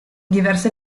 diverse